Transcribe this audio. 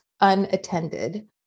unattended